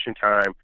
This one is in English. time